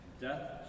Death